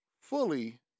fully